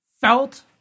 felt